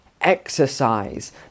exercise